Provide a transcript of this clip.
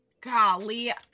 golly